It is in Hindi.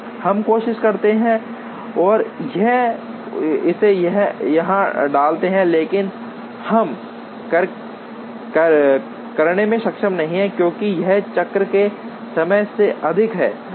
हम कोशिश करते हैं और इसे यहां डालते हैं लेकिन हम करने में सक्षम नहीं हैं क्योंकि यह चक्र के समय से अधिक है